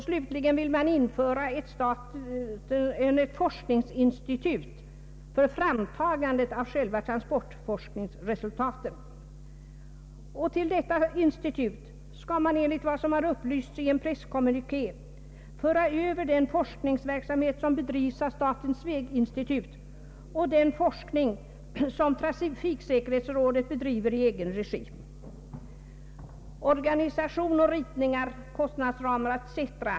Slutligen vill man inrätta ett forskningsinstitut för framtagande av själva transportforskningsresultaten. Till detta institut skall man enligt vad som upplysts i en presskommuniké föra över den forskningsverksamhet som bedrivs av statens väginstitut och den forskning som trafiksäkerhetsrådet bedriver i egen regi. Organisation, ritningar, kostnadsramar etc.